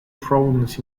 problems